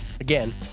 Again